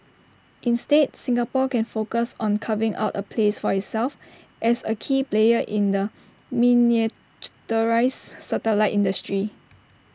instead Singapore can focus on carving out A place for itself as A key player in the miniaturised satellite industry